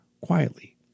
quietly